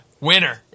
winner